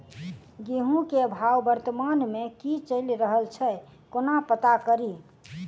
गेंहूँ केँ भाव वर्तमान मे की चैल रहल छै कोना पत्ता कड़ी?